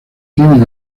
tienen